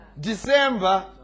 December